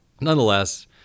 nonetheless